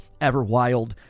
Everwild